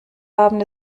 haben